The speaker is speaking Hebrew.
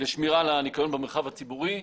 לשמירה על הניקיון במרחב הציבורי,